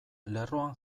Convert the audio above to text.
lerroan